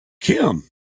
Kim